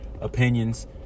opinions